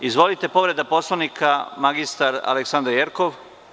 Izvolite, povreda Poslovnika, magistar Aleksandra Jerkov.